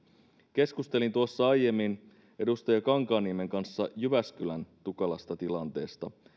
keskustelin tuossa aiemmin edustaja kankaanniemen kanssa jyväskylän tukalasta tilanteesta